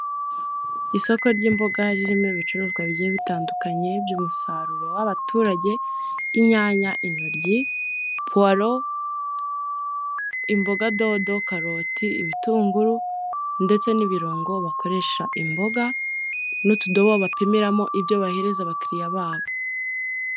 Isoko ry'imboga ririmo ibicuruzwa bigiye bitandukanye by'umusaruro w'abaturage, inyanya, intoryi, puwaro, imboga dodo, karoti, ibitunguru ndetse n'ibirungo bakoresha imboga, n'utudobo bapimiramo ibyo bahereza abakiliya babo.